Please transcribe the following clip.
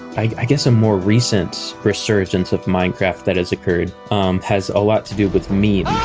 i guess a more recent resurgence of minecraft that has occurred has a lot to do with memes.